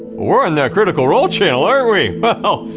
we're in the critical role channel, aren't we? well,